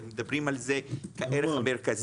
הם מדברים על זה כערך המרכזי.